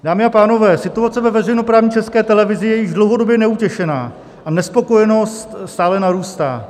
Dámy a pánové, situace ve veřejnoprávní České televize je již dlouhodobě neutěšená a nespokojenost stále narůstá.